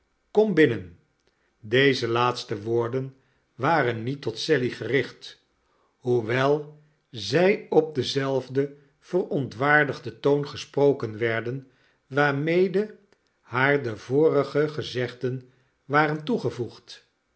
kom binnen deze laatste woorden waren niet tot sally gericht hoewel zij op denzelfden verontwaardigden toon gesproken werden waarmede haar de vorige gezegden waren toegevoegd